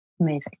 Amazing